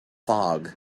fog